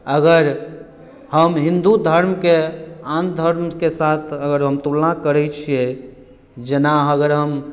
अगर हम हिन्दू धर्मके आन धर्मके साथ अगर हम तुलना करैत छियै जेना अगर हम